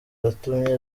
yatumye